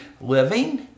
living